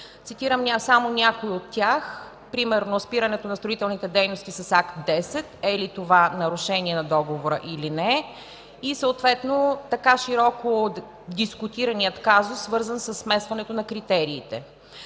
Цитирам само някои от тях – спирането на строителните дейности с Акт 10 – е ли това нарушение на договора, или не е, и съответно така широко дискутираният казус, свързан със смесването на критериите.